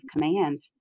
commands